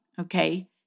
okay